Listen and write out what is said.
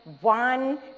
one